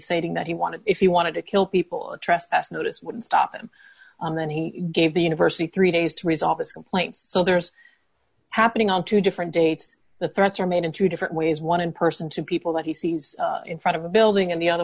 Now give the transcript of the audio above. saying that he wanted if he wanted to kill people trespass notice would stop him on then he gave the university three days to resolve this complaint so there's happening on two different dates the threats are made in two different ways one in person two people that he sees in front of a building and the other